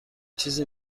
چیزی